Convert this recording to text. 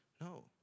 No